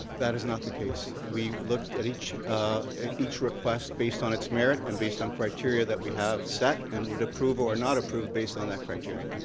that is not the case. we looked at each at each request based on its merit and based on criteria that we have set and would approve or not approve based on that criteria.